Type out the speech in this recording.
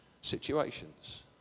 situations